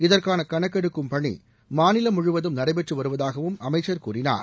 இதற்கான கணக்கெடுக்கும் பணி மாநிலம் முழுவதும் நடைபெற்று வருவதாகவும் அமைச்சர் கூறினார்